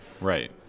Right